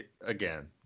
again